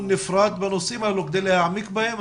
נפרד בנושאים האלה כדי להעמיק בהם,